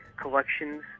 collections